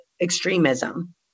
extremism